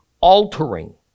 altering